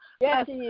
Yes